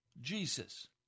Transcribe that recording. Jesus